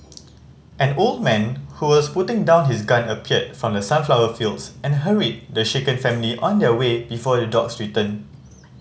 an old man who was putting down his gun appeared from the sunflower fields and hurried the shaken family on their way before the dogs return